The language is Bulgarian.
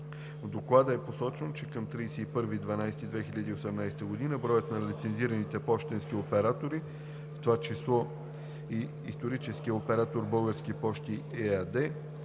Доклада е посочено, че към 31 декември 2018 г. броят на лицензираните пощенски оператори, в това число и историческият оператор „Български пощи“ ЕАД